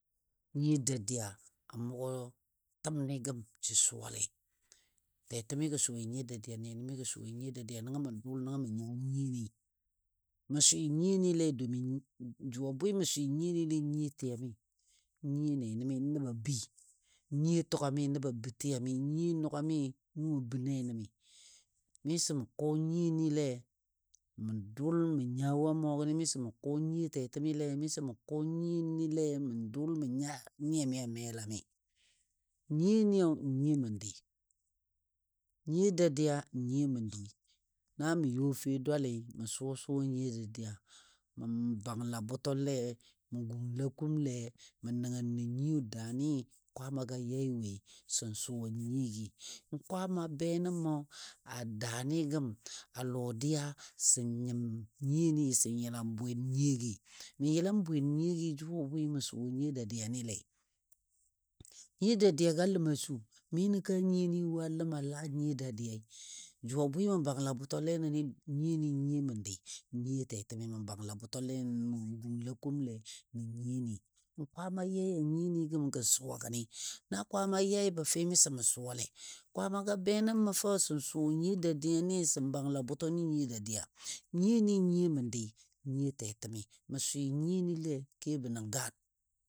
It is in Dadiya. Nyiyo dadiya a mʊgɔ təmni gəm jə suwale, tɛtɛmimi gə suwai nyiyo dadiya nɛnɛmi gə suwai dadiya nənga mə dʊl nəngɔ mə nya nyiyoni. Mə swɨ nyiyonile domin jʊ a bwɨ mə swɨ nyiyonile, nyiyo tiyami, nyiyo nɛnɛmi nəbɔ a bəi, nyiyo tugami nəbɔ a bə tiyami, nyiyo nugami nʊ a bə nɛnɛmi. Miso mə kɔ nyiyonile mə dʊl mə nya wo a mʊgɔ gəni, miso mə kɔ nyiyo tɛtɛmimile, miso mə kɔ nyiyonile mə dʊl mə nya nyiyami a melami. Nyiyoniyo nyiyo məndi, nyiyo dadiya n nyiyo məndi na mə yɔ fe dwali mə suwa suwa nyiyo dadiya, məbangla bʊtɔle mə gung lakumle mə nəngnɔ nyiyo daani kwaamagɔ, yai woi sən suwa nyiyoji n kwaama be nən mə a daani gəm a lɔdiya sən nyɨm nyiyoni sən yəlam bwen nyiyogi. Mən yəlam bwen nyiyogi jʊ a bwɨ mə suwa nyiyo dadiyanile. Nyiyo dadiyagɔ a ləm a su, minə kaa nyiyoni wo a ləm a la nyiyo dadiyai jʊ a bwɨ mə bangla bʊtɔle nənɨ nyiyoni nyiyo məndi, nyiyo tɛtɛmi mə bangla bʊtɔle gung lakumle nən nyiyoni n kwaama yai a nyiyoni gəm suwa gəni, na kwaama yai bəfəi miso mə suwale. Kwaamagɔ a benən məfou sən suwa nyiyo dadiyani sən bangla bʊta nən nyiyo dadiya, nyiyoni nyiyo məndi, nyiyo tɛtɛmimi mə swɨ nyiyonile kebɔ nən gaan.